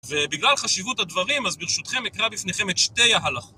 ובגלל חשיבות הדברים, אז ברשותכם נקרא בפניכם את שתי ההלכות.